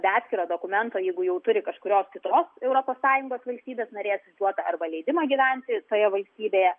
be atskiro dokumento jeigu jau turi kažkurios kitos europos sąjungos valstybės narės išduotą arba leidimą gyventi toje valstybėje